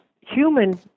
human